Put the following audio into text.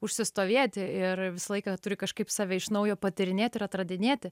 užsistovėti ir visą laiką turi kažkaip save iš naujo patyrinėt ir atradinėti